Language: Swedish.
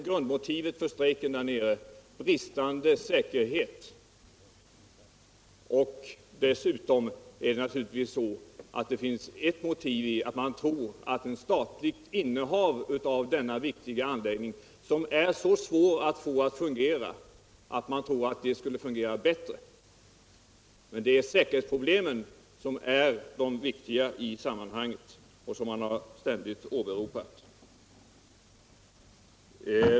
Grundmotivet för strejken i La Hague är bristande säkerhet. Man tror att denna viktiga antläggning, som är så svår att få avt fungera. skulle fungera bätltre om den innehades av staten. men det är säkerhetsproblemen som är de viktiga i sammanhanget och som man ständigt har åberopat.